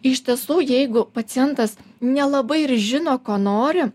iš tiesų jeigu pacientas nelabai ir žino ko nori